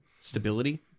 stability